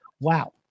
wow